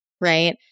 right